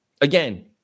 again